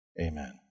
amen